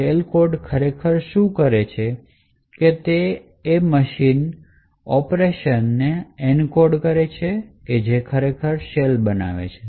shell code ખરેખર શું કરે છે તે તે મશીન ઓપરેશંસને એન્કોડ કરે છે જે ખરેખર શેલ બનાવે છે